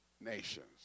nations